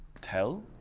tell